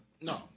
no